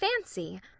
fancy